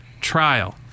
trial